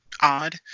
odd